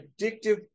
addictive